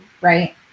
right